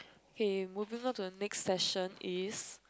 K moving on to the next session is